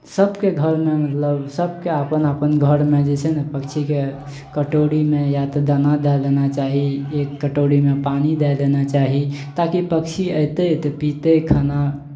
सभके घरमे मतलब सभके अपन अपन घरमे जे छै ने पक्षीके कटोरीमे या तऽ दाना दए देना चाही एक कटोरीमे पानि दए देना चाही ताकि पक्षी अयतै तऽ पीतै खाना